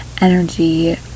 energy